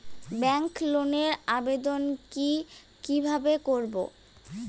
Bank লোনের আবেদন কি কিভাবে করব?